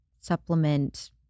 supplement